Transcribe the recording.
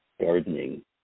gardening